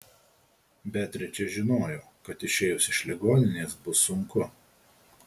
beatričė žinojo kad išėjus iš ligoninės bus sunku